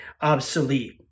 obsolete